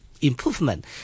improvement